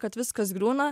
kad viskas griūna